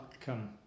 come